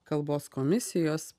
kalbos komisijos